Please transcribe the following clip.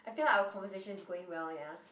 okay lah our conversation is going well ya